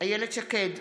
איילת שקד,